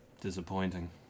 disappointing